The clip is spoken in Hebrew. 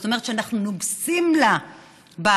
זאת אומרת שאנחנו נוגסים לה בהכנסות,